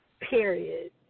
Period